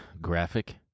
graphic